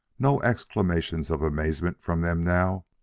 no exclamations of amazement from them now,